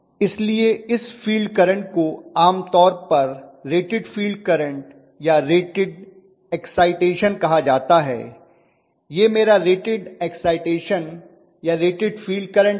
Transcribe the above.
इसलिए इस field current को आमतौर पर रेटेड फील्ड करंट या रेटेड एक्साइटेशन कहा जाता है यह मेरा रेटेड एक्साइटेशन या रेटेड फील्ड करंट है